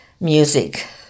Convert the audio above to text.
music